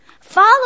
Follow